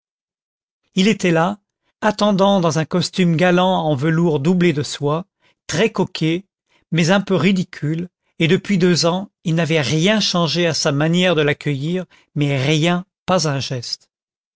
il était là attendant dans un costume galant en velours doublé de soie très coquet mais un peu ridicule et depuis deux ans il n'avait rien changé à sa manière de l'accueillir mais rien pas un geste